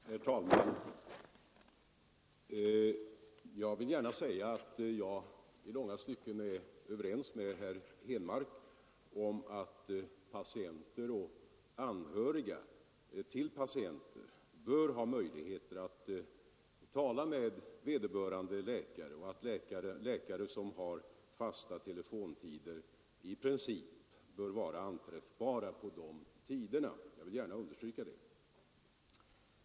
Herr talman! Jag vill gärna säga att jag i långa stycken är överens med herr Henmark i denna fråga. Patienter och anhöriga till patienter bör ha möjligheter att tala med vederbörande läkare och att läkare som har fasta telefontider i princip bör vara anträffbara på de angivna tiderna. Jag vill gärna understryka detta.